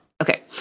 Okay